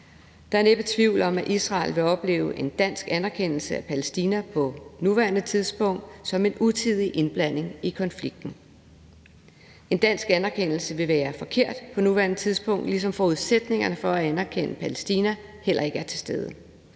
Der er næppe tvivl om, at Israel vil opleve en dansk anerkendelse af Palæstina på nuværende tidspunkt som en utidig indblanding i konflikten. En dansk anerkendelse vil være forkert på nuværende tidspunkt, ligesom forudsætningerne for at anerkende Palæstina heller ikke er til stede.